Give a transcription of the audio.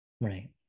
Right